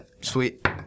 Sweet